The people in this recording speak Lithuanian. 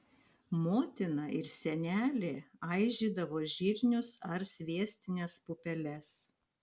motina ir senelė aižydavo žirnius ar sviestines pupeles